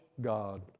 God